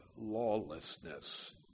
lawlessness